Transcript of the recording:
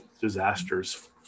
disasters